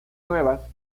nuevas